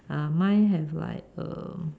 uh mine have like err